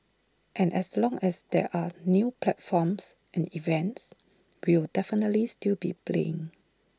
and as long as there are new platforms and events we'll definitely still be playing